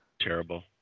terrible